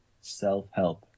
Self-help